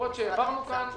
למרות שהעברנו כאן חוק.